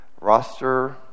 roster